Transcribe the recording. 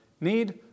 need